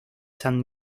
san